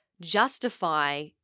justify